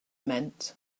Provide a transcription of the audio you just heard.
meant